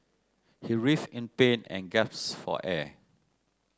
he writhed in pain and gasped for air